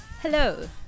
Hello